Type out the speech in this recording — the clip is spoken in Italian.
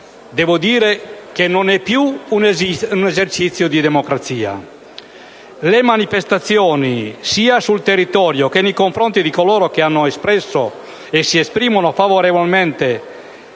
devo dire che non è più un esercizio di democrazia. Le manifestazioni, sia sul territorio che nei confronti di coloro che hanno espresso e si esprimono favorevolmente